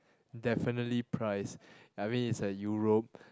definitely price I mean it's at Europe